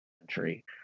century